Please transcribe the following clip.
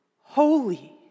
Holy